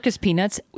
peanuts